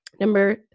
Number